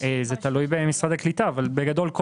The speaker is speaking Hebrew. זה תלוי במשרד הקליטה אבל בגדול,